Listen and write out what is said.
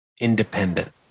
independent